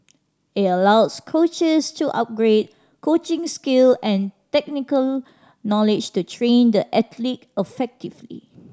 it allows coaches to upgrade coaching skill and technical knowledge to train the athlete effectively